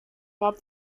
rub